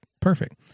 Perfect